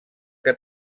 que